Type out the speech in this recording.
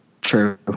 True